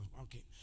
Okay